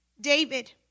David